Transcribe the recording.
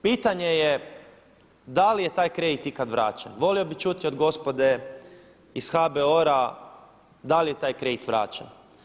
Pitanje je da li je taj kredit ikad vraćen, volio bih čuti od gospode iz HBOR-a da li je taj kredit vraćen.